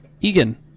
Egan